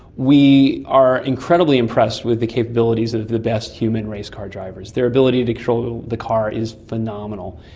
we are incredibly impressed with the capabilities of the best human race car drivers. their ability to control the car is phenomenal.